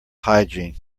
hygiene